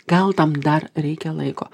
gal tam dar reikia laiko